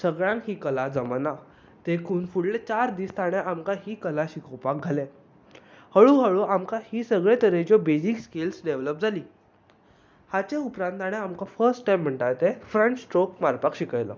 सगळ्यांक ही कला जमना देखून फुडले चार दीस तांणें आमकां ही कला शिकोवपाक घालें हळू हळू आमकां ही सगळे तरेच्यो बेजीक स्किल्स डेवलाॅप जाली हाचे उपरांत ताणे आमकां फस्ट स्टेप म्हणटा ते फ्रंट स्ट्रोक मारपाक शिकयलो